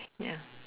ya